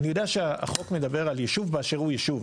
אני יודע שהחוק מדבר על ישוב באשר הוא ישוב,